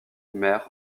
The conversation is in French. mer